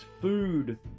food